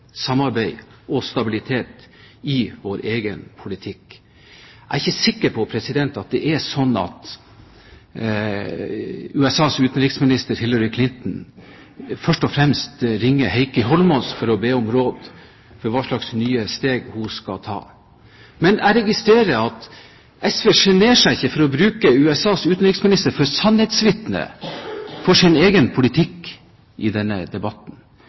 samarbeid og stabilitet i vår egen politikk. Jeg er ikke så sikker på om det er slik at USAs utenriksminister, Hillary Clinton, først og fremst ringer Heikki Holmås for å be om råd om hvilke nye steg hun skal ta. Jeg registrerer at SV ikke lar seg sjenere av å bruke USAs utenriksminister som sannhetsvitne for sin egen politikk i denne debatten.